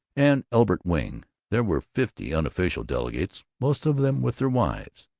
and elbert wing there were fifty unofficial delegates, most of them with their wives.